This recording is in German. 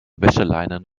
wäscheleinen